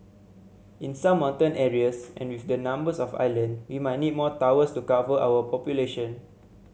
in some mountain areas and with the numbers of island you might need more towers to cover our population